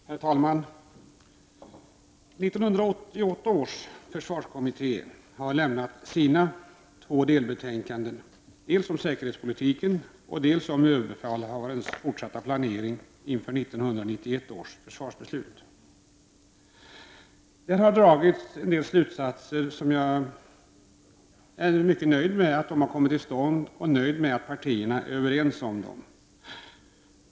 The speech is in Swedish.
Herr talman! 1988 års försvarskommitté har avgivit sina två delbetänkanden, dels om säkerhetspolitiken, dels om överbefälhavarens fortsatta planering inför 1991 års försvarsbeslut. Det har där dragits en del slutsatser som jag är mycket nöjd med — dels för att de har kommit till stånd, dels för att partierna är överens om dem.